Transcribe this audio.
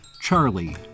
Charlie